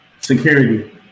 security